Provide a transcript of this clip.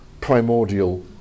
primordial